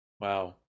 Wow